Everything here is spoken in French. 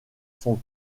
son